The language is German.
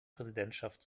präsidentschaft